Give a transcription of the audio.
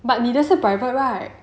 but 你的是 private right